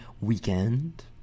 weekend